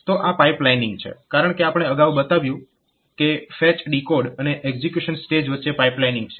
તો આ પાઇપલાઇનીંગ છે કારણકે આપણે અગાઉ બતાવ્યું કે ફેચ ડીકોડ અને એક્ઝીક્યુશન સ્ટેજ વચ્ચે પાઇપલાઇનીંગ છે